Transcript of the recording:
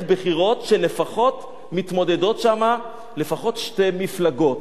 בחירות שבה מתמודדות לפחות שתי מפלגות,